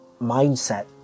mindset